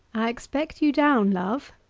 i expect you down, love.